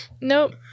Nope